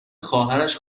خواهرش